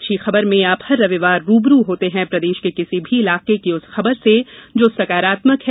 अच्छी खबरमें आप हर रविवार रूबरू होते हैं प्रदेश के किसी भी इलाके की उस खबर से जो सकारात्मक है